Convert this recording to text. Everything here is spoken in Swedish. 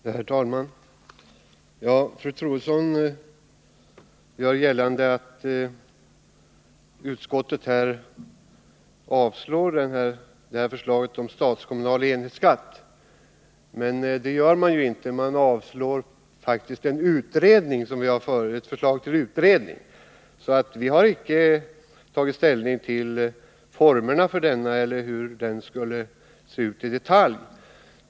Herr talman! Fru Troedsson gör gällande att utskottet avstyrker ett förslag om statskommunal enhetsskatt, men det gör inte utskottet. Det avstyrker faktiskt ett förslag om en utredning. Vi har icke tagit ställning till formerna för denna enhetsskatt eller hur den i detalj skulle se ut.